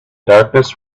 darkness